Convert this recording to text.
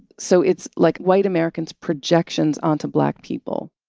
so it's, like, white americans' projections onto black people